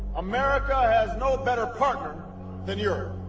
america has no better partner than europe.